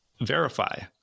verify